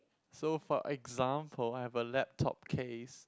so for example I have a laptop case